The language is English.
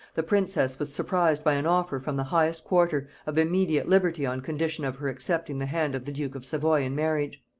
the princess was surprised by an offer from the highest quarter, of immediate liberty on condition of her accepting the hand of the duke of savoy in marriage.